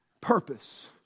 purpose